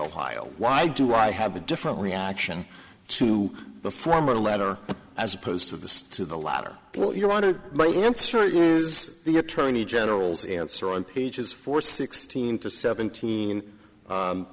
ohio why do i have a different reaction to the former letter as opposed to the to the latter well you want to my answer is the attorney general's answer on pages four sixteen to seventeen